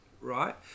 right